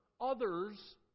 others